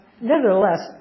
nevertheless